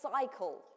cycle